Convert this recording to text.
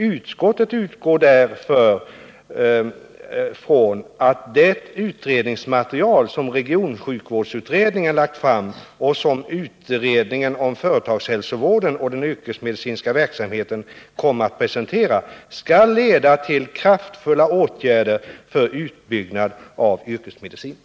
Utskottet utgår därför från att det utredningsmaterial som regionsjukvårdsutredningen lagt fram och som utredningen om företagshälsovården och den yrkesmedicinska verksamheten kommer att presentera skall leda till kraftfulla åtgärder för utbyggnad av yrkesmedicinen.”